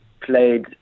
played